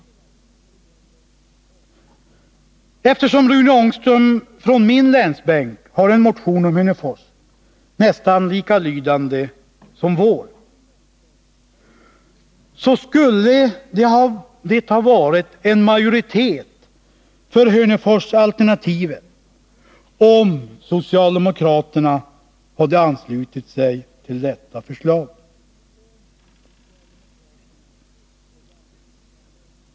Eftersom Rune Ångström från min länsbänk har väckt en motion om Hörnefors, som är nästan likalydande som vår, skulle det ha varit en majoritet för Hörneforsalternativet om socialdemokraterna hade anslutit sig till detta förslag.